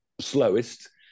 slowest